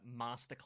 Masterclass